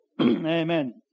Amen